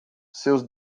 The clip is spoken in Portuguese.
seus